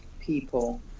people